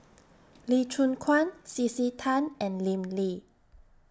Lee Choon Guan C C Tan and Lim Lee